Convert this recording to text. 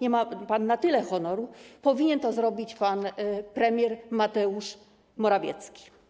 nie ma pan na tyle honoru, to powinien to zrobić pan premier Mateusz Morawiecki.